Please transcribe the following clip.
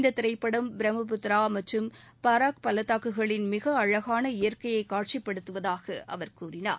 இந்த திரைப்படம் பிரம்மபுத்திரா மற்றும் பாரக் பள்ளத்தாக்குகளின் மிக அழகான இயற்கையை காட்சிப்படுத்துவதாக அவர் கூறினார்